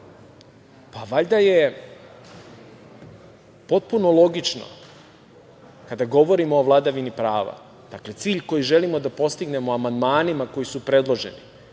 valjda je potpuno logično kada govorimo o vladavini prava, dakle cilj koji želimo da postignemo amandmanima koji su predloženi